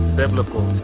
biblical